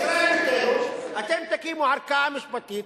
בישראל ביתנו אתם תקימו ערכאה משפטית,